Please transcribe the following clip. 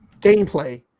gameplay